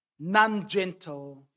non-gentle